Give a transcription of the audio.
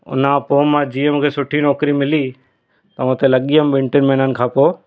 हुन खां पोइ मां जीअं मूंखे सुठी नौकिरी मिली त हुते लॻी वियुमि ॿिनि टिनि महिननि खां पोइ